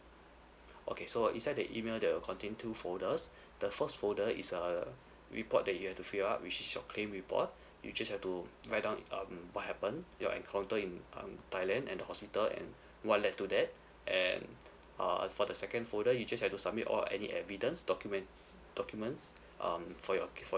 okay so inside the email there will contain two folders the first folder is a report that you have to fill up which is your claim report you just have to write down um what happened your encounter in um thailand and the hospital and what led to that and uh for the second folder you just have to submit all any evidence documen~ documents um for your